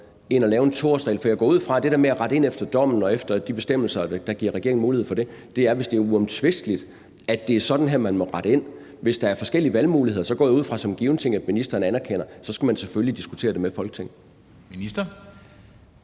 end at lave en 2-årsregel? For jeg går ud fra, at det der med at rette ind efter dommen og efter de bestemmelser, der giver regeringen mulighed for det, er, hvis det er uomtvisteligt, at det er sådan, man må rette ind. Hvis der er forskellige valgmuligheder, går jeg ud fra som en given ting, at ministeren anerkender, at man så selvfølgelig skulle diskutere det med Folketinget.